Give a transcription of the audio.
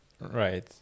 right